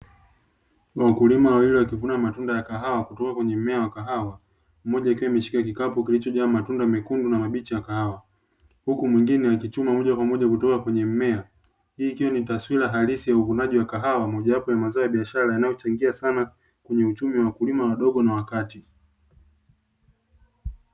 Wakulima wawili wakivuna matunda ya kahawa kutoka kwenye mmea wa kahawa, mmoja akiwa ameshikiwa kikapu kilichojaa matunda mekundu na mabichi ya kahawa, huku mwingine akichuma moja kwa moja kutoka kwenye mmea. Hii ikiwa ni taswira halisi ya uvunaji wa kahawa, mojawapo ya mazao ya biashara yanayochangia sana kwenye uchumi wa wakulima wadogo na wa kati.